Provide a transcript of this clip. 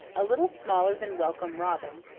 a little smaller than welcome robin,